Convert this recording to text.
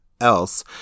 else